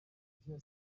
isheja